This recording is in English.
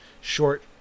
short